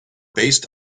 based